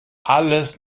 alles